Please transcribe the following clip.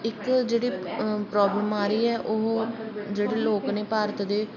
ਇੱਕ ਜਿਹੜੀ ਪ੍ਰੋਬਲਮ ਆ ਰਹੀ ਹੈ ਉਹ ਜਿਹੜੇ ਲੋਕ ਨੇ ਭਾਰਤ ਦੇ